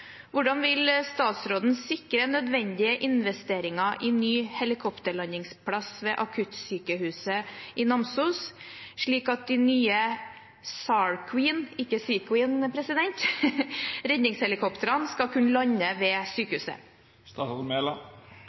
Hvordan vil statsråden sikre nødvendige investeringer i ny helikopterlandingsplass ved akuttsykehuset i Namsos, slik at de nye «SAR Queen»-redningshelikoptrene skal kunne lande ved sykehuset?»